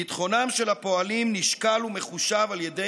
ביטחונם של הפועלים נשקל ומחושב על ידי